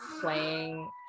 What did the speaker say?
playing